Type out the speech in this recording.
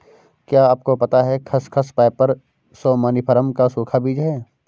क्या आपको पता है खसखस, पैपर सोमनिफरम का सूखा बीज है?